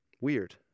Weird